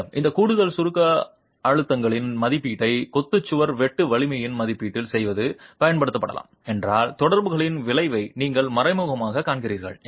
மேலும் இந்த கூடுதல் சுருக்க அழுத்தங்களின் மதிப்பீட்டை கொத்து சுவரின் வெட்டு வலிமையின் மதிப்பீட்டில் செய்து பயன்படுத்தலாம் என்றால் தொடர்புகளின் விளைவை நீங்கள் மறைமுகமாக கணக்கிடுகிறீர்கள்